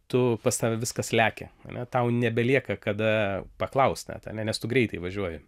tu pas tave viskas lekia tau nebelieka kada paklaust net ane nes tu greitai važiuoji